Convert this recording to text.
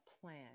plan